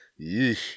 Yeesh